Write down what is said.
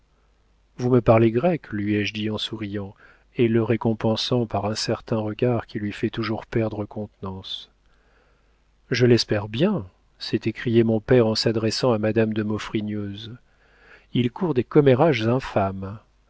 vous me parlez grec lui ai-je dit en souriant et le récompensant par un certain regard qui lui fait toujours perdre contenance je l'espère bien s'est écrié mon père en s'adressant à madame de maufrigneuse il court des commérages infâmes